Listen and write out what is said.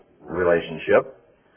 relationship